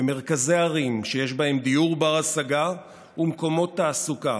במרכזי ערים שיש בהן דיור בר-השגה ומקומות תעסוקה.